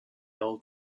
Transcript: old